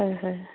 হয় হয়